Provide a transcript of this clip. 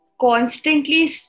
Constantly